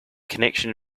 connection